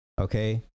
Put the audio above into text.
Okay